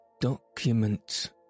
Documents